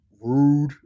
rude